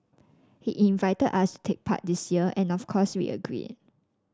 he invite us to take part this year and of course we agreed